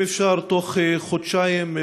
אם אפשר תוך חודשיים-שלושה,